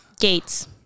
Gates